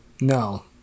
No